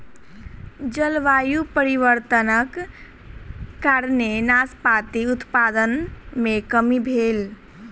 जलवायु परिवर्तनक कारणेँ नाशपाती उत्पादन मे कमी भेल